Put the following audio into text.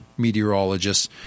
meteorologists